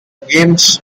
games